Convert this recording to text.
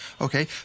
Okay